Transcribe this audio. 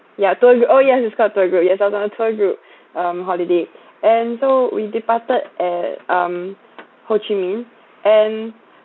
yeah tour group oh yes it's called tour group yes I was on a tour group um holiday and so we departed at um ho chi minh and